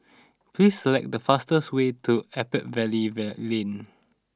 please select the fastest way to Attap Valley Lane